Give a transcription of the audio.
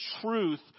truth